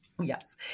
Yes